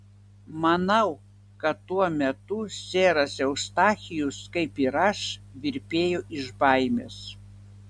manau kad tuo metu seras eustachijus kaip ir aš virpėjo iš baimės